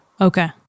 Okay